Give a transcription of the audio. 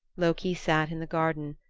loki sat in the garden,